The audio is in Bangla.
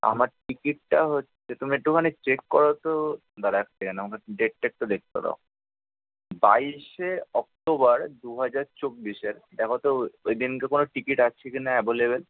আমার টিকিটটা হচ্ছে তুমি একটুখানি চেক করো তো দাঁড়া এক সেকেন্ড আমাকে ডেটটা একটু দেখতে দাও বাইশে অক্টোবর দু হাজার চব্বিশের দেখো তো ও ওই দিনকে কোনো টিকিট আছে কি না অ্যাভেলেবল